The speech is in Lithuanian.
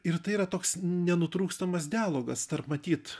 ir tai yra toks nenutrūkstamas dialogas tarp matyt